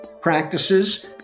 practices